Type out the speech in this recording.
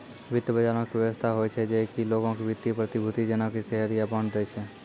वित्त बजारो के व्यवस्था होय छै जे कि लोगो के वित्तीय प्रतिभूति जेना कि शेयर या बांड दै छै